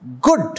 good